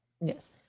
Yes